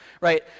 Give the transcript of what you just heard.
right